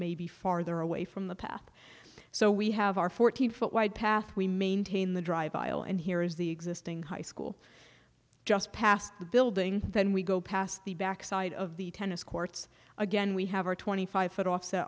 may be farther away from the path so we have our fourteen foot wide path we maintain the drive aisle and here is the existing high school just past the building then we go past the back side of the tennis courts again we have a twenty five foot